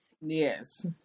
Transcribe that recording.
Yes